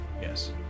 Yes